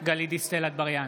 גלית דיסטל אטבריאן,